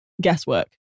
guesswork